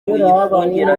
uyifungira